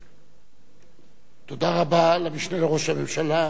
תודה רבה למשנה לראש הממשלה שאול מופז.